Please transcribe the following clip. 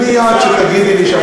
מי את שתגידי לי שאני מתנשא?